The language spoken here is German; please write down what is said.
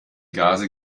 gase